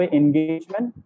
engagement